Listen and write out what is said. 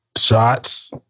shots